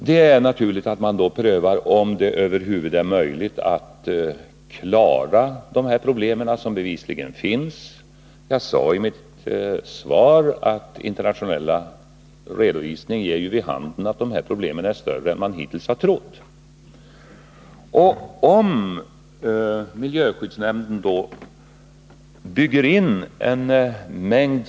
Det är naturligt att man då också prövar om det över huvud taget är möjligt att klara de skilda problem som bevisligen finns. Jag sade i mitt svar att internationella redovisningar ger vid handen att dessa problem är större än man hittills har trott. Om miljöskyddsnämnden bygger in en mängd.